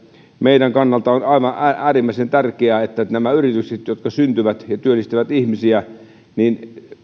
meidän kannaltamme on aivan äärimmäisen tärkeää että nämä yritykset jotka syntyvät ja työllistävät ihmisiä